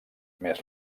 més